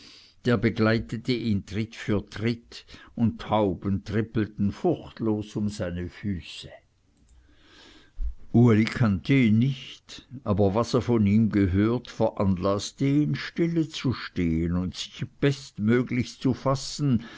der begleitete ihn tritt für tritt und tauben trippelten furchtlos um seine füße uli kannte ihn nicht aber was er von ihm gehört veranlaßte ihn stillezustehen und sich bestmöglichst zu fassen